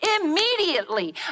immediately